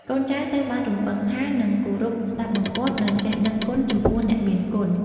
កូនចៅត្រូវបានរំពឹងថានឹងគោរព ស្ដាប់បង្គាប់ និងចេះដឹងគុណចំពោះអ្នកមានគុណ។